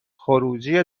خروجی